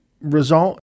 result